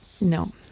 No